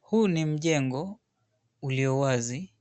Huu ni mjengo, ulio wazi.